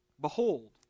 Behold